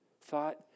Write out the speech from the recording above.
thought